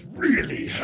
really